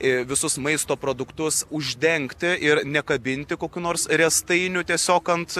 į visus maisto produktus uždengti ir nekabinti kokių nors riestainių tiesiog ant